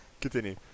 continue